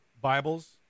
Bibles